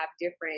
different